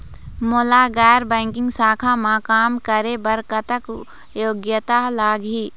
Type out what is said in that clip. मोला गैर बैंकिंग शाखा मा काम करे बर कतक योग्यता लगही?